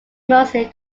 mostly